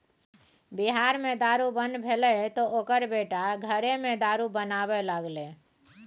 बिहार मे दारू बन्न भेलै तँ ओकर बेटा घरेमे दारू बनाबै लागलै